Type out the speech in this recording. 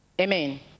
Amen